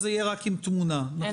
זה יהיה רק עם תמונה.